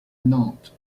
nantes